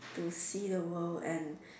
to see the world and